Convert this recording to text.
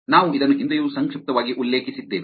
ನಾವು ಇದನ್ನು ಹಿಂದೆಯೂ ಸಂಕ್ಷಿಪ್ತವಾಗಿ ಉಲ್ಲೇಖಿಸಿದ್ದೇವೆ